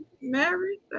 married